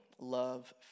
love